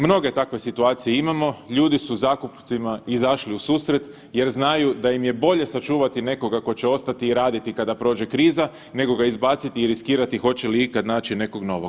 Mnoge takve situacije imamo, ljudi su zakupcima izašli u susret jer znaju da im je bolje sačuvati nekoga tko će ostati i raditi kada prođe kriza nego i izbaciti i riskirati hoće li ikad naći nekog novog.